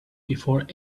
before